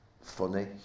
funny